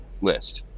list